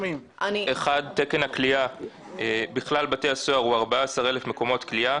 1. תקן הכליאה בכלל בתי הסוהר הוא 14,000 מקומות כליאה.